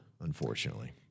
unfortunately